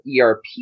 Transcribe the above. ERP